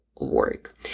work